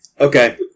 Okay